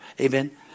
Amen